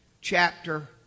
chapter